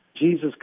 Jesus